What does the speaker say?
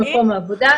במקום עבודה).